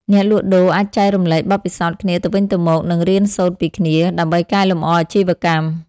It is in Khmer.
អ្នកលក់ដូរអាចចែករំលែកបទពិសោធន៍គ្នាទៅវិញទៅមក និងរៀនសូត្រពីគ្នា ដើម្បីកែលម្អអាជីវកម្ម ។